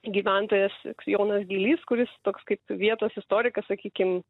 gyventojas jonas gylys kuris toks kaip vietos istorikas sakykim